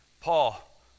Paul